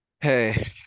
Hey